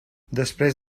després